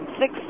six